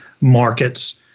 markets